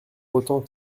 autant